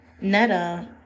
Netta